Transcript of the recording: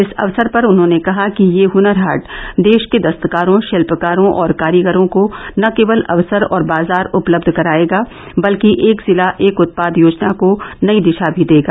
इस अवसर पर उन्होंने कहा कि यह हनर हाट देश के दस्तकारों शिल्पकारों और कारीगरों को न केवल अवसर और बाजार उपलब्ध करायेगा बल्कि एक जिला एक उत्पाद योजना को नयी दिशा भी देगा